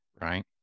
right